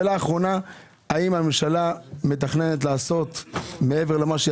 האם הממשלה מתכננת לעשות מעבר למה שהיא